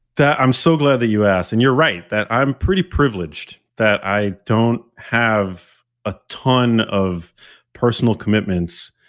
that i'm so glad that you asked. and you're right, that i'm pretty privileged that i don't have a ton of personal commitments,